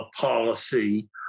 policy